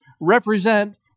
represent